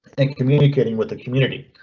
and communicating with the community.